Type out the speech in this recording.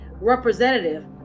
representative